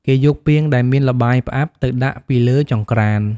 គេយកពាងដែលមានល្បាយផ្អាប់ទៅដាក់ពីលើចង្រ្កាន។